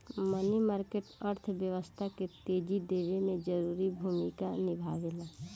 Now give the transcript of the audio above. मनी market अर्थव्यवस्था के तेजी देवे में जरूरी भूमिका निभावेला